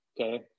okay